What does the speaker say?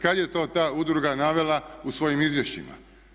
Kada je to ta udruga navela u svojim izvješćima?